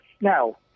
Now